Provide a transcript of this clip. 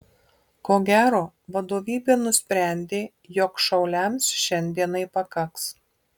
ko gero vadovybė nusprendė jog šauliams šiandienai pakaks